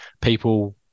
people